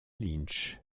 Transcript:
lynch